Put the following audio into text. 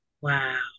Wow